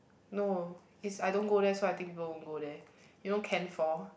no is I don't go there so I think people won't go there you know can four